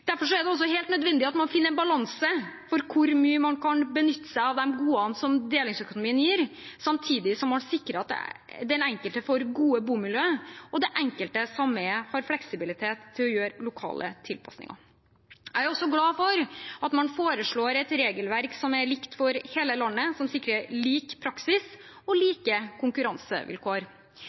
Derfor er det også helt nødvendig at man finner en balanse mellom hvor mye man kan benytte seg av de godene delingsøkonomien gir, og samtidig sikre at den enkelte får et godt bomiljø og det enkelte sameie har fleksibilitet til å gjøre lokale tilpasninger. Jeg er også glad for at man foreslår et regelverk som er likt for hele landet, som sikrer lik praksis og like konkurransevilkår.